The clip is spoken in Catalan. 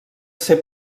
ser